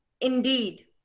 Indeed